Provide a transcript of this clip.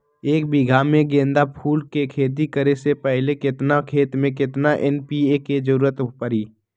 एक बीघा में गेंदा फूल के खेती करे से पहले केतना खेत में केतना एन.पी.के के जरूरत परी?